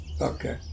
Okay